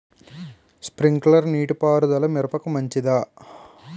Sprinkler నీటిపారుదల మిరపకు మంచిదా?